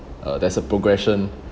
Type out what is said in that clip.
uh there's a progression